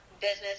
business